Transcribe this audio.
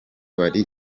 bari